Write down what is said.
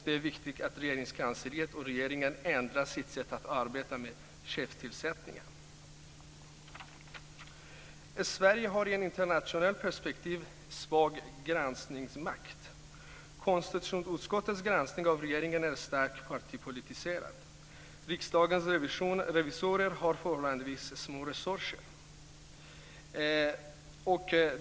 Det är viktigt att Regeringskansliet och regeringen ändrar sitt sätt att arbeta med chefstillsättningen. Sverige har en i ett internationellt perspektiv svag granskningsmakt. Konstitutionsutskottets granskning av regeringen är starkt partipolitiserad. Riksdagens revisorer har förhållandevis små resurser.